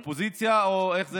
האופוזיציה, איך זה נקרא?